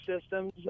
systems